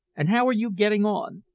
and how are you getting on?